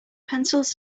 pencils